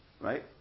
right